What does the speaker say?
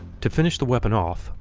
to finish the weapon off,